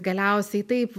galiausiai taip